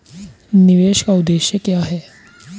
निवेश का उद्देश्य क्या है?